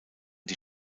die